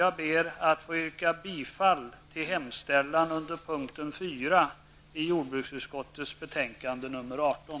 Jag yrkar bifall till hemställan under p. 4 i jordbruksutskottets betänkande 18.